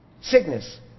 sickness